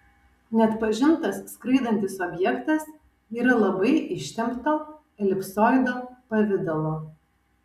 neatpažintas skraidantis objektas yra labai ištempto elipsoido pavidalo